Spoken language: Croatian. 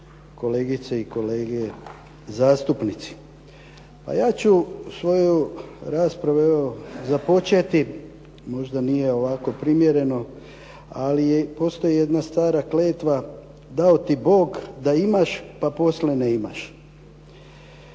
kolegice i kolege zastupnici. Pa ja ću svoju raspravu evo, započeti, možda nije ovako primjereno, ali postoji jedna stara kletva "dao ti Bog da imaš pa poslije nemaš".